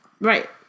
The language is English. right